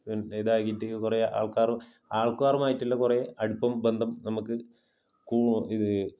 പിന്നെ ഇതായിട്ട് കുറേ ആള്ക്കാർ ആള്ക്കാറുമായിട്ടുള്ള കുറേ അടുപ്പം ബന്ധം നമുക്ക് ഇത്